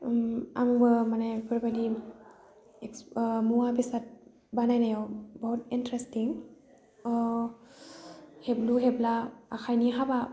आंबो माने बेफोरबायदि मुवा बेसाद बानायनायाव बहुत इन्टरेस्टिं हेबलु हेबला आखाइनि हाबा